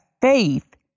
faith